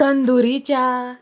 तंदुरी च्या